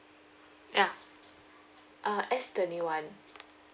ya uh S twenty one